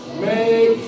Make